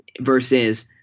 versus